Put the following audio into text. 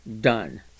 done